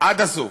עד הסוף,